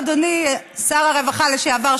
אדוני שר הרווחה לשעבר,